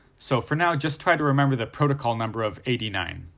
so for now just try to remember the protocol number of eighty nine.